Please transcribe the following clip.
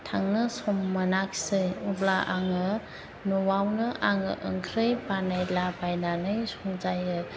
थांनो सम मोनाखिसै अब्ला आङो न'आवनो आङो ओंख्रि बानायला बायनानै संजायो